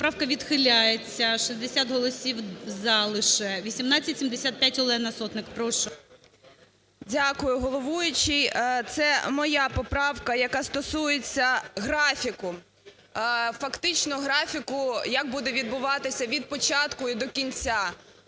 Дякую, головуючий. Це моя поправка, яка стосується графіку, фактично графіку як буде відбуватися від початку і до кінця